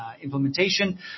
implementation